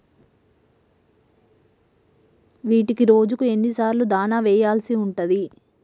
వీటికి రోజుకు ఎన్ని సార్లు దాణా వెయ్యాల్సి ఉంటది?